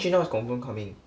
chen hao is confirm coming